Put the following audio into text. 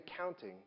accounting